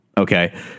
Okay